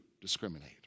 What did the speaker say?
discriminate